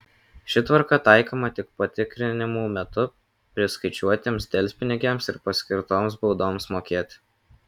ši tvarka taikoma tik patikrinimų metu priskaičiuotiems delspinigiams ir paskirtoms baudoms mokėti